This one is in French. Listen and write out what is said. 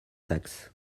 saxe